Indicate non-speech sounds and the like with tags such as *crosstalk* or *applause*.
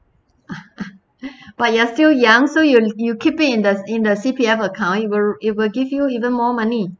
*laughs* but you are still young so you you keep it in the in the C_P_F account it will it will give you even more money